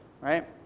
right